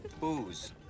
booze